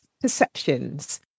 perceptions